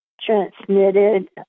transmitted